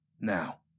Now